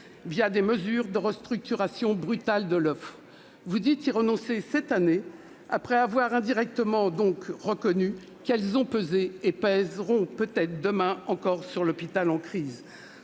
des mesures de restructuration brutales de l'offre. Vous dites y renoncer cette année, après avoir indirectement reconnu qu'elles pèsent et continueront de peser sur l'hôpital en crise.